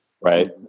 right